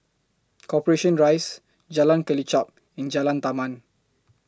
Corporation Rise Jalan Kelichap in Jalan Taman